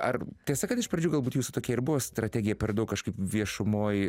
ar tiesa kad iš pradžių galbūt jūs tokia ir buvo strategija per daug kažkaip viešumoj